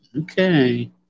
Okay